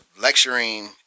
lecturing